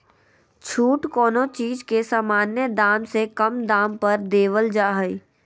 छूट कोनो चीज के सामान्य दाम से कम दाम पर देवल जा हइ